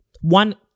one